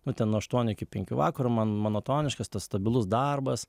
nu ten aštuonių iki penkių vakaro man monotoniškas tas stabilus darbas